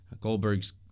Goldberg's